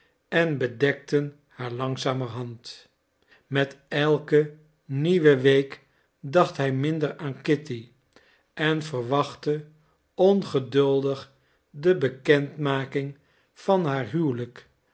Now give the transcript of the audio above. en bedekten haar langzamerhand met elke nieuwe week dacht hij minder aan kitty en verwachtte ongeduldig de bekendmaking van haar huwelijk